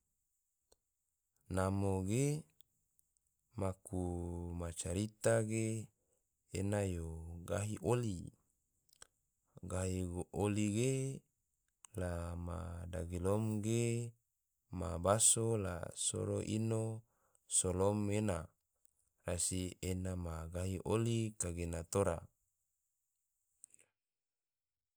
Namo ge, maku macarita ge ene yo gahi oli, gahi oli ge la ma dagilom ge ma baso la soro ino solom ena, rasi ena ma ghi oli kagena tora